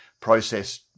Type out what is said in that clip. process